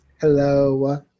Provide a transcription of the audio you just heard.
Hello